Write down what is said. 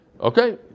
Okay